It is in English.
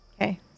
Okay